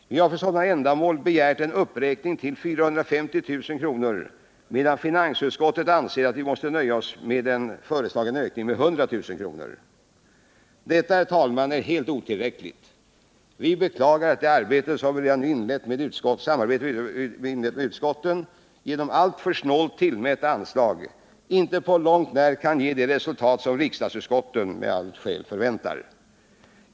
Vi har för sådana ändamål begärt en uppräkning till 450 000 kr., medan finansutskottet anser att vi måste nöja oss med en föreslagen ökning med 100 000 kr. Detta, herr talman , är helt otillräckligt. Vi bek!agar att det samarbete som vi redan nu inlett med utskotten genom alltför snålt tillmätta anslag inte på långt när kan ge de resultat som riksdagsutskotten med allt skäl förväntar.